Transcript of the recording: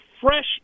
fresh